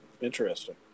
Interesting